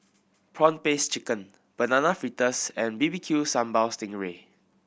prawn paste chicken Banana Fritters and B B Q Sambal sting ray